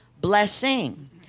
blessing